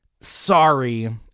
Sorry